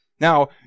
Now